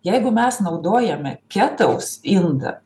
jeigu mes naudojame ketaus indą